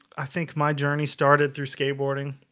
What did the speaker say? i think my journey started through skateboarding